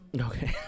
Okay